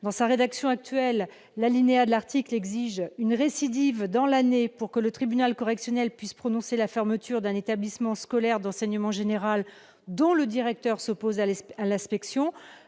Dans sa rédaction actuelle, le deuxième alinéa de l'article pose la condition d'une récidive dans l'année pour que le tribunal correctionnel puisse prononcer la fermeture d'un établissement scolaire d'enseignement général dont le directeur s'oppose à l'inspection.